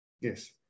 Yes